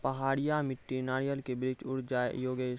पहाड़िया मिट्टी नारियल के वृक्ष उड़ जाय योगेश?